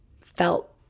felt